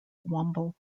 womble